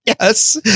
yes